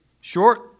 short